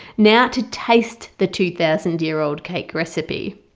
now to taste the two-thousand-year-old cake recipe.